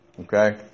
Okay